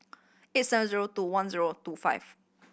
eight seven zero two one zero two five